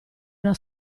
una